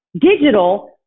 Digital